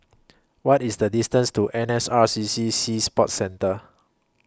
What IS The distance to N S R C C Sea Sports Centre